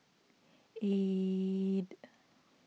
eight